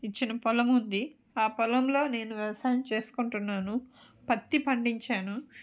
ఇచ్చిన పొలము ఉంది ఆ పొలములో నేను వ్యవసాయం చేసుకుంటున్నాను పత్తి పండించాను